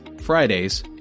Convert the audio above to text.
Fridays